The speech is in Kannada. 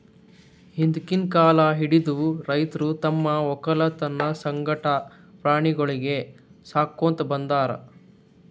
ಹಿಂದ್ಕಿನ್ ಕಾಲ್ ಹಿಡದು ರೈತರ್ ತಮ್ಮ್ ವಕ್ಕಲತನ್ ಸಂಗಟ ಪ್ರಾಣಿಗೊಳಿಗ್ ಸಾಕೋತ್ ಬಂದಾರ್